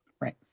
Right